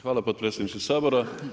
Hvala potpredsjedniče Sabora.